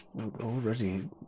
already